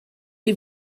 chi